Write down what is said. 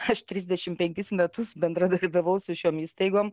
aš trisdešim penkis metus bendradarbiavau su šiom įstaigom